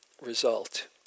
result